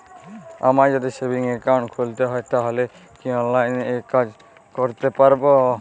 আমায় যদি savings account খুলতে হয় তাহলে কি অনলাইনে এই কাজ করতে পারবো?